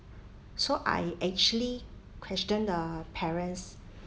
so I actually questioned the parents